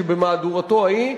שבמהדורתו ההיא,